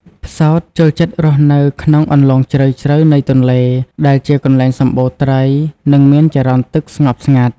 ផ្សោតចូលចិត្តរស់នៅក្នុងអន្លង់ជ្រៅៗនៃទន្លេ ដែលជាកន្លែងសម្បូរត្រី និងមានចរន្តទឹកស្ងប់ស្ងាត់។